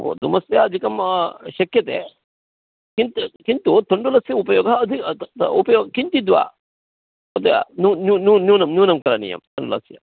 गोधूमस्य अधिकं शक्यते किन्तु किन्तु तण्डुलस्य उपयोगः अधिक उपयोगः किञ्चिद् वा तद् न्यूनं न्यूनं करणीयं तण्डुलस्य